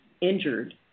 injured